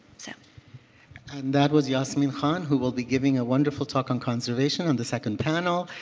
so and that was yasmeen khan who will be giving a wonderful talk on conservation on the second panel.